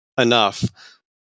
Enough